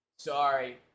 Sorry